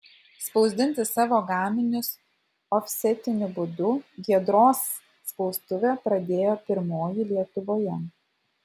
spausdinti savo gaminius ofsetiniu būdu giedros spaustuvė pradėjo pirmoji lietuvoje